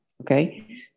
okay